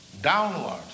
downwards